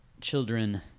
children